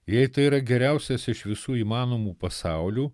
jei tai yra geriausias iš visų įmanomų pasaulių